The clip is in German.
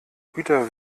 güter